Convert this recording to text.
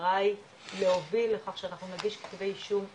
המטרה היא להוביל לכך שאנחנו נגיד כתבי אישום מיטביים,